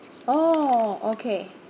oh okay